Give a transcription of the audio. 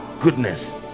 goodness